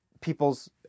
People's